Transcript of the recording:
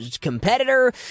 competitor